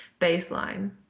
baseline